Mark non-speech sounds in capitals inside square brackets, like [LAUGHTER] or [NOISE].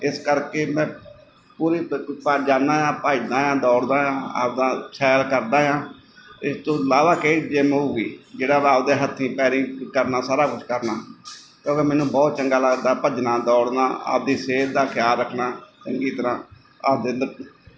ਇਸ ਕਰਕੇ ਮੈਂ [UNINTELLIGIBLE] ਜਾਂਦਾ ਹਾਂ ਭੱਜਦਾ ਹਾਂ ਦੌੜਦਾ ਹਾਂ ਆਪਦਾ ਸੈਰ ਕਰਦਾ ਹਾਂ ਇਸ ਤੋਂ ਇਲਾਵਾ ਕਿਹੜੀ ਜਿੰਮ ਹੋਵੇਗੀ ਜਿਹੜਾ ਵਾ ਆਪਦੇ ਹੱਥੀਂ ਪੈਰੀ ਕਰਨਾ ਸਾਰਾ ਕੁਛ ਕਰਨਾ ਕਿਉਂਕਿ ਮੈਨੂੰ ਬਹੁਤ ਚੰਗਾ ਲੱਗਦਾ ਭੱਜਣਾ ਦੌੜਨਾ ਆਪਦੀ ਸਿਹਤ ਦਾ ਖਿਆਲ ਰੱਖਣਾ ਚੰਗੀ ਤਰ੍ਹਾਂ ਆਪਦੇ ਅੰਦਰ